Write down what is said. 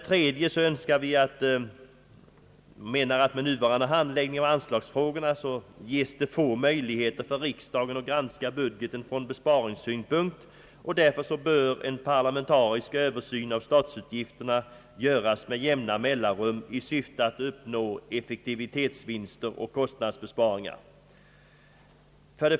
3) Nuvarande handläggning av anslagsfrågor ger få möjligheter för riksdagen att granska budgetfrågor från besparingsspunkt. Därför bör en parlamentarisk översyn av statsutgifterna göras med jämna mellanrum, i syfte att uppnå effektivitetsvinster och kostnadsbesparingar.